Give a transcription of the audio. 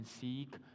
seek